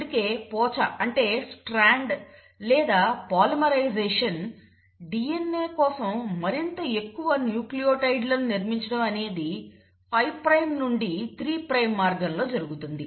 అందుకే పోచ అంటే స్ట్రాండ్ లేదా పాలిమరైజేషన్ DNA కోసం మరింత ఎక్కువ న్యూక్లియోటైడ్లను నిర్మించడం అనేది 5 ప్రైమ్ నుండి 3 ప్రైమ్ మార్గంలో జరుగుతుంది